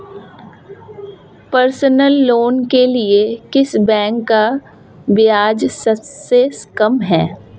Personal loan के लिए किस बैंक का ब्याज सबसे कम है?